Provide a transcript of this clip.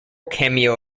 cameo